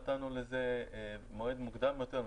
נתנו לזה מועד מוקדם יותר,